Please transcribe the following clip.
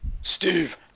Steve